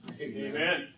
Amen